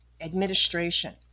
administration